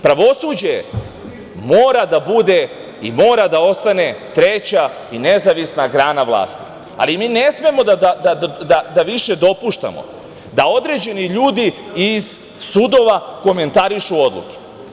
Pravosuđe mora da bude i mora da ostane treća i nezavisna grana vlasti, ali mi ne smemo da dopuštamo da određeni ljudi iz sudova komentarišu odluke.